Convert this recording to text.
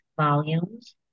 volumes